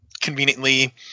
conveniently